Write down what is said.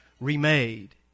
remade